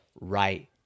right